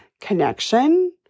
connection